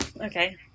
okay